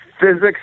Physics